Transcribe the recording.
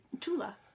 Tula